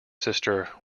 sister